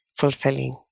fulfilling